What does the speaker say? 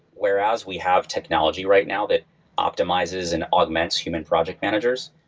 whereas we have technology right now that optimizes and augments human project managers,